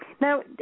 Now